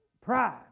Pride